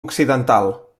occidental